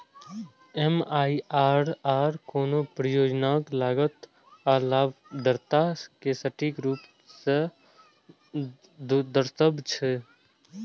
MIRR कोनो परियोजनाक लागत आ लाभप्रदता कें सटीक रूप सं दर्शाबै छै